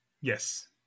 Yes